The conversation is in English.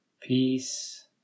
Peace